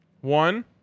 One